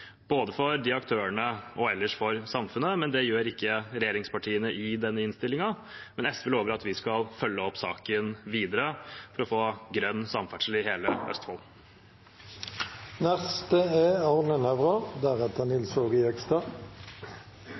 både for disse aktørene og for samfunnet ellers. Det gjør ikke regjeringspartiene i denne innstillingen, men SV lover at vi skal følge opp saken videre – for å få grønn samferdsel i hele Østfold.